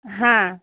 हां